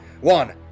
One